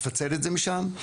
לפצל את זה משם,